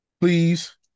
Please